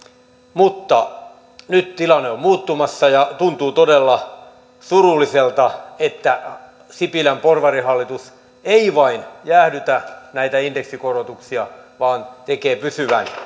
mutta nyt tilanne on muuttumassa ja tuntuu todella surulliselta että sipilän porvarihallitus ei vain jäädytä näitä indeksikorotuksia vaan tekee pysyvän